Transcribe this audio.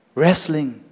wrestling